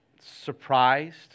surprised